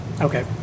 Okay